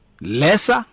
lesser